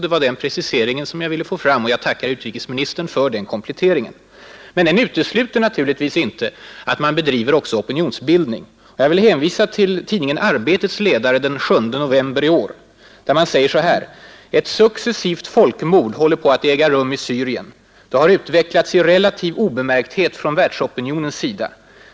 Det var den preciseringen jag ville få fram, och jag tackar utrikesministern för den. Men den utesluter naturligtvis inte att man också bedriver opinionsbildning. Jag vill hänvisa till tidningen Arbetets ledare den 7 november i år. Där skriver man så här: ”Ett successivt folkmord håller på att äga rum i Syrien. Det har utvecklats i relativ obemärkthet från världsopinionens sida.